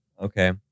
Okay